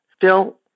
Phil